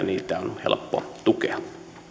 niitä on helppo tukea